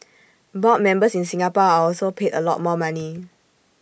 board members in Singapore are also paid A lot more money